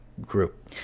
group